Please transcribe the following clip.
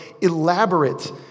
elaborate